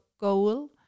goal